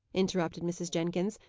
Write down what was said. interrupted mrs. jenkins.